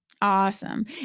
Awesome